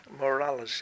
morality